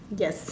yes